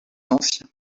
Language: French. ancien